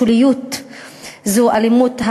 שוליות זו אלימות.